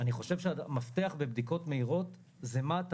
אני חושב שהמפתח בבדיקות מהירות זה מה אתה